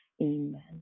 Amen